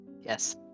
Yes